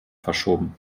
verschoben